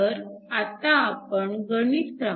तर आता आपण गणित क्र